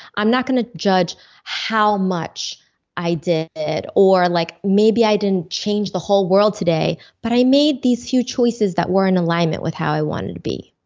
i'm not gonna judge how much i did. or, like maybe i didn't change the whole world today, but i made these huge choices that were in alignment with how i wanted to be.